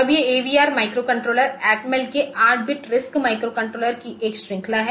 अब ये AVR microcontroller Atmel के 8 बिट RISC माइक्रोकंट्रोलर की एक श्रृंखला हैं